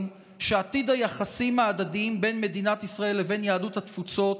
שעתיד היחסים ההדדיים בין מדינת ישראל לבין יהדות התפוצות